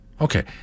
Okay